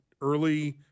early